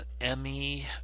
Emmy